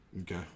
Okay